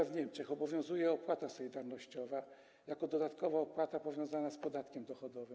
Np. w Niemczech obowiązuje opłata solidarnościowa jako dodatkowa opłata powiązana z podatkiem dochodowym.